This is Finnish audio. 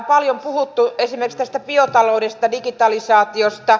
nämä ovat hienoja hyviä asioita